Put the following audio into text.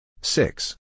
Six